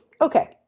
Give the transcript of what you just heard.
Okay